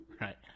Right